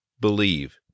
believe